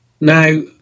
Now